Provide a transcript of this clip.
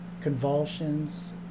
convulsions